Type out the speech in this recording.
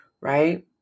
Right